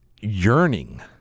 yearning